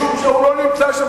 משום שהוא לא נמצא שם.